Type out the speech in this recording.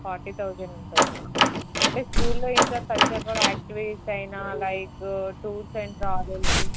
forty thousand ఉంటుందా అంటే స్కూల్లో ఇంకా కల్చరల్ యాక్టివిటీస్ అయినా లైక్ టూర్స్ అండ్ ట్రావెల్స్